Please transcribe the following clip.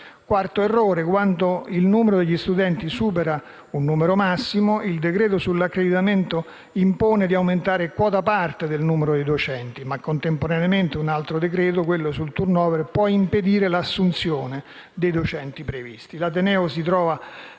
Quarto errore: quando il numero degli studenti supera un numero massimo, il decreto sull'accreditamento dei corsi impone di aumentare quota parte del numero dei docenti, ma contemporaneamente un altro decreto, quello sul *turnover*, può impedire l'assunzione dei docenti previsti.